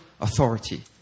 authority